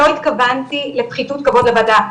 לא התכוונתי לפחיתות כבוד לוועדה.